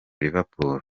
liverpool